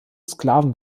sklaven